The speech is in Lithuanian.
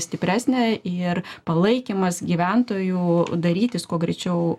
stipresnė ir palaikymas gyventojų darytis kuo greičiau